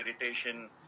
irritation